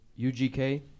UGK